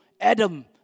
Adam